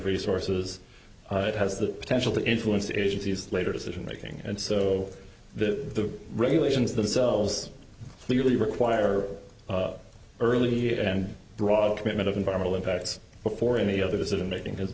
resources it has the potential to influence the agency's later decision making and so the regulations themselves clearly require early and broad commitment of environmental impacts before any other decision making has